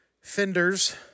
fenders